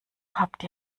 habt